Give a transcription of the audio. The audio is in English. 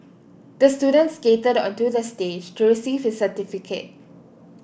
the student skated onto the stage to receive his certificate